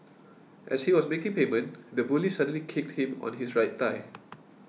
as he was making payment the bully suddenly kicked him on his right thigh